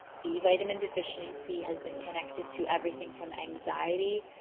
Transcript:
b vitamin deficiency has been connected to everything from anxiety,